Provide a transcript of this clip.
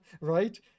right